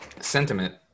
sentiment